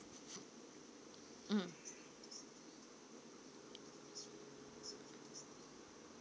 mm